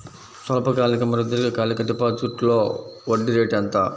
స్వల్పకాలిక మరియు దీర్ఘకాలిక డిపోజిట్స్లో వడ్డీ రేటు ఎంత?